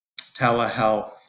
telehealth